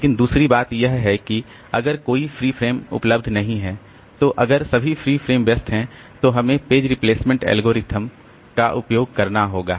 लेकिन दूसरी बात यह है कि अगर कोई फ्री फ्रेम उपलब्ध नहीं है तो अगर सभी फ्रेम व्यस्त है तो हमें पेज रिप्लेसमेंट एल्गोरिथ्म का उपयोग करना होगा